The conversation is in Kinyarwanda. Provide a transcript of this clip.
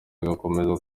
bagakomeza